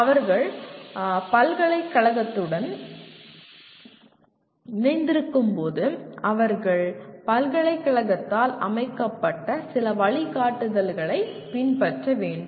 அவர்கள் பல்கலைக்கழகத்துடன் இணைந்திருக்கும்போது அவர்கள் பல்கலைக்கழகத்தால் அமைக்கப்பட்ட சில வழிகாட்டுதல்களைப் பின்பற்ற வேண்டும்